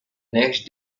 next